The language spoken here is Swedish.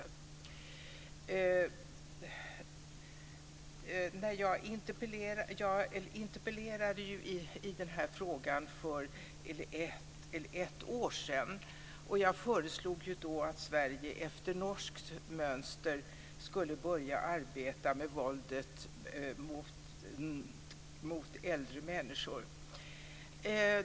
Jag interpellerade i frågan för ett år sedan och föreslog då att Sverige, efter norskt mönster, skulle börja arbeta med frågan om våldet mot äldre människor.